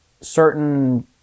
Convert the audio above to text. certain